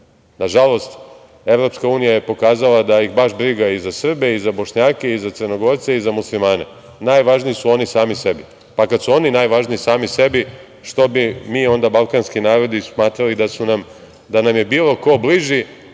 žalost, EU je pokazala da ih baš briga i za Srbe i za Bošnjake i za Crnogorce i za Muslimane. Najvažniji su oni sami sebi. Kad su oni najvažniji sami sebi što bi onda mi, balkanski narodi, smatrali da nam je bilo ko bliži,